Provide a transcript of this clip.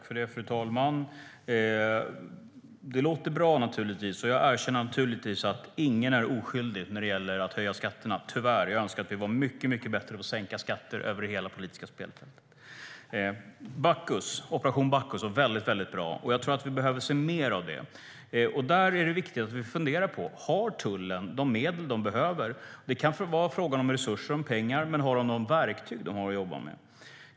Fru talman! Det låter bra, och jag erkänner att ingen är oskyldig när det gäller att höja skatterna, tyvärr. Jag önskar att vi hade varit mycket bättre på att sänka skatter över hela det politiska spektrumet. Operation Bacchus har fungerat väldigt bra. Jag tror att vi behöver se mer av sådant. Där är det viktigt att fundera på om tullen har de medel som man behöver. Det kan vara fråga om resurser, men har tullen de verktyg som behövs?